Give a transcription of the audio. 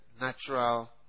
natural